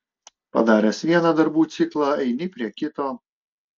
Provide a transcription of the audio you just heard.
padaręs vieną darbų ciklą eini prie kito